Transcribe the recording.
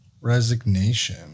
Resignation